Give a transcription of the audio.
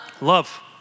Love